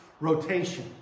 rotation